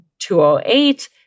208